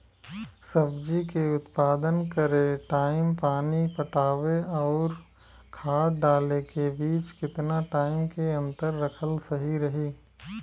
सब्जी के उत्पादन करे टाइम पानी पटावे आउर खाद डाले के बीच केतना टाइम के अंतर रखल सही रही?